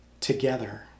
together